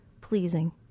pleasing